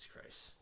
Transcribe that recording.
Christ